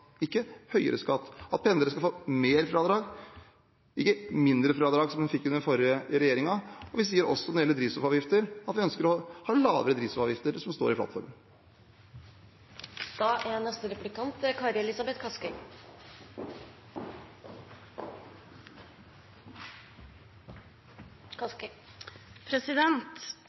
ikke høyere skatt, at pendlere skal få mer fradrag, ikke mindre fradrag, som de fikk under den forrige regjeringen. Vi sier også at vi ønsker å ha lavere drivstoffavgifter, som det står i